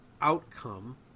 outcome